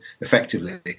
effectively